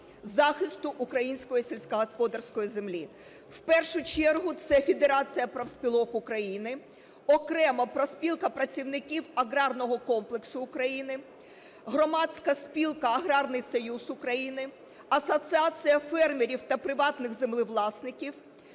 захисту української сільськогосподарської землі? В першу чергу, це Федерація профспілок України, окремо – Профспілка працівників аграрного комплексу України, громадська спілка "Аграрний союз України", "Асоціація фермерів та приватних землевласників".